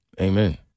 Amen